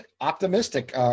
optimistic